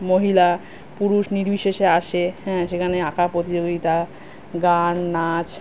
মহিলা পুরুষ নির্বিশেষে আসে হ্যাঁ সেখানে আঁকা প্রতিযোগিতা গান নাচ